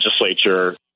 legislature